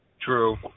True